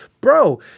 bro